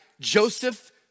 Joseph